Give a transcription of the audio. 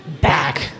back